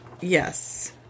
Yes